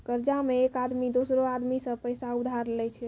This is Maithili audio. कर्जा मे एक आदमी दोसरो आदमी सं पैसा उधार लेय छै